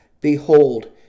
Behold